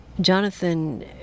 Jonathan